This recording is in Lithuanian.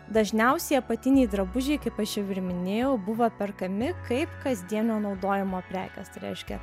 dažniausiai apatiniai drabužiai kaip aš jau ir minėjau buvo perkami kaip kasdienio naudojimo prekės tai reiškia